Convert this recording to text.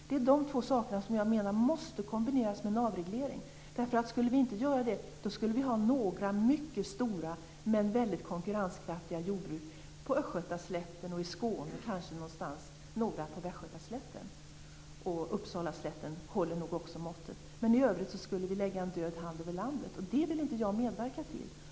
Det är dessa två saker som måste kombineras med en avreglering. Skulle vi inte göra detta, skulle vi ha några mycket stora och väldigt konkurrenskraftiga jordbruk på Östgötaslätten, på Västgötaslätten, i Skåne och kanske på Uppsalaslätten. Men i övrigt skulle vi lägga en död hand över landet, och det vill jag inte medverka till.